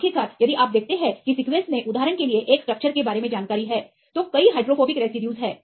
आखिरकार यदि आप देखते हैं कि सीक्वेंस में उदाहरण के लिए एक स्ट्रक्चर के बारे में जानकारी है तो कई हाइड्रोफोबिक रेसिड्यू हैं